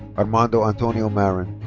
armando antonio marin.